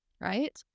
right